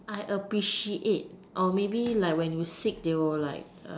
I appreciate or maybe like when you sick they will like